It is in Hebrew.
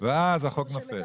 ואז החוק נופל.